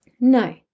no